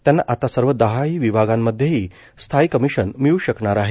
त्यांना आता सर्व दहाही विभागांमध्येही स्थायी कमिशन मिळू शकणार आहे